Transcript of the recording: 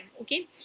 Okay